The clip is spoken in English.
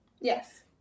Yes